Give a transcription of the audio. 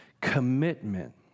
commitment